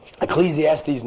Ecclesiastes